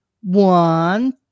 One